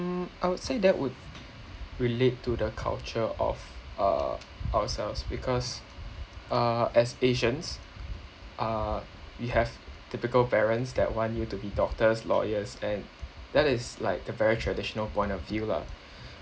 mm I would say that would relate to the culture of uh ourselves because uh as asians uh we have typical parents that want you to be doctors lawyers and that is like the very traditional point of view lah